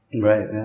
Right